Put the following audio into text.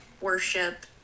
worship